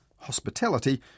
Hospitality